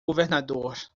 governador